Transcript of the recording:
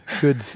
good